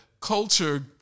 culture